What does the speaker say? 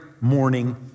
morning